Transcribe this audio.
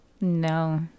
No